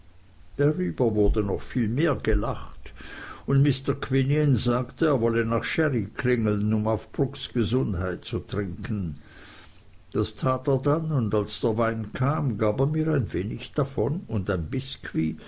darüber wurde noch viel mehr gelacht und mr quinion sagte er wolle nach sherry klingeln um auf brooks gesundheit zu trinken das tat er dann und als der wein kam gab er mir ein wenig davon und ein biskuit